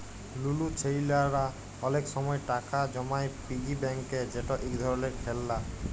লুলু ছেইলারা অলেক সময় টাকা জমায় পিগি ব্যাংকে যেট ইক ধরলের খেললা